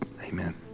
Amen